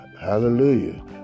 hallelujah